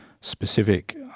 specific